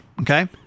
Okay